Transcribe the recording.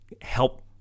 help